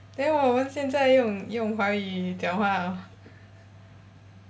then 我们现在用用华语讲话